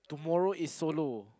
tomorrow is solo